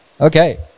okay